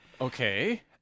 Okay